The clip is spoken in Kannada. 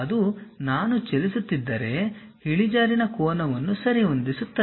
ಅದು ನಾನು ಚಲಿಸುತ್ತಿದ್ದರೆ ಇಳಿಜಾರಿನ ಕೋನವನ್ನು ಸರಿಹೊಂದಿಸುತ್ತದೆ